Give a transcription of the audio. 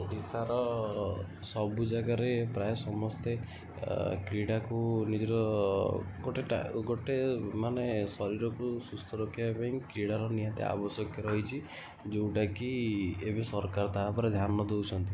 ଓଡ଼ିଶାର ସବୁ ଜାଗାରେ ପ୍ରାୟ ସମସ୍ତେ କ୍ରୀଡ଼ାକୁ ନିଜର ଗୋଟେ ଗୋଟେ ମାନେ ଶରୀରକୁ ସୁସ୍ଥ ରଖିବା ପାଇଁ କ୍ରୀଡ଼ାର ନିହାତି ଆବଶ୍ୟକ ରହିଚି ଯେଉଁଟାକି ଏବେ ସରକାର ତା ଉପରେ ଧ୍ୟାନ ଦେଉଛନ୍ତି